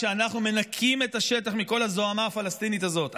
כשאנו מנקים את השטח מכל הזוהמה הפלסטינית הזאת,